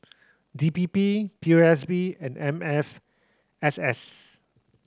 D P P P O S B and M F S S